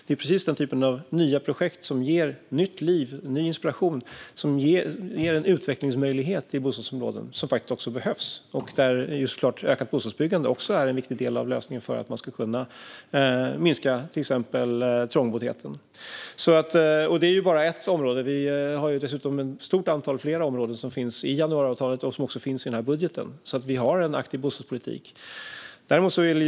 Det är just sådana projekt som ger nytt liv och ny inspiration och som ger en utvecklingsmöjlighet i bostadsområden. Detta behövs. Ökat bostadsbyggande är också en viktig del av lösningen för att man exempelvis ska kunna minska trångboddheten. Det är bara ett område. Det finns ett stort antal områden som inbegrips i januariavtalet och i denna budget. Vi har alltså en aktiv bostadspolitik.